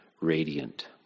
radiant